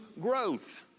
growth